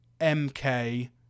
MK